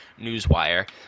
newswire